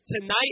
Tonight